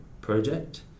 project